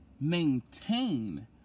maintain